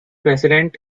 president